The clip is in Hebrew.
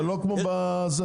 אבל לא כמו בזה.